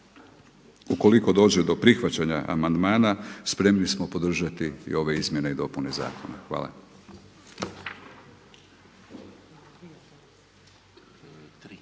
ukoliko dođe do prihvaćanja amandmana, spremni smo podržati i ove izmjene i dopune zakona. Hvala.